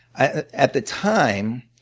ah at the time,